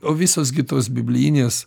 o visos kitos biblinės